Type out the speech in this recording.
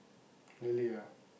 really ah